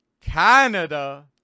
Canada